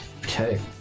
Okay